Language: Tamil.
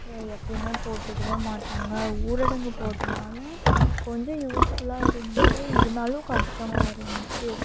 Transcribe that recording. எப்போயுமே போட்டுருக்கவே மாட்டாங்க ஊரடங்கு போட்டனால் கொஞ்சம் யூஸ்ஃபுல்லாக இருந்துச்சு இருந்தாலும் கஷ்டமாக இருந்துச்சு